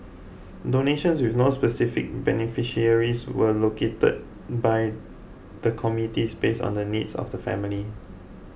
donations with no specific beneficiaries were located by the committees base on the needs of the family